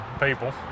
people